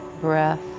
breath